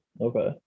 Okay